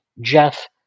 Jeff